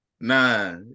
Nah